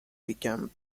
become